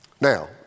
Now